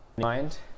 mind